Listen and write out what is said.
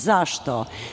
Zašto?